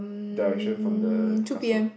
direction from the castle